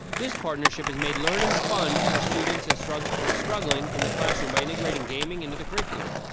this partnership has made learning fun for students and struggling struggling in the classroom by integrating gaming into the curriculum.